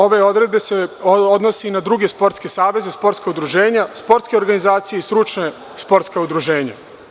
Ove odredbe se odnose i na druge sportske saveze, sportska udruženja, sportske organizacije i stručna sportska udruženja.